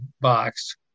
box